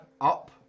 Up